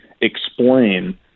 explain